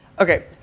Okay